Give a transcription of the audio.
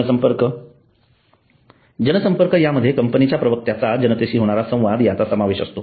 जनसंपर्क जनसंपर्क यामध्ये कंपनीच्या प्रवक्त्याचा जनतेशी होणारा संवाद याचा समावेश असतो